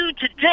today